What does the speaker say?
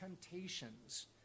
temptations